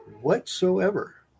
Whatsoever